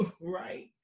right